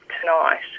tonight